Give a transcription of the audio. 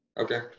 Okay